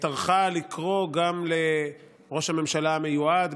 טרחה לקרוא לראש הממשלה המיועד,